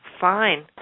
Fine